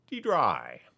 dry